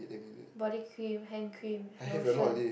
body cream hand cream lotion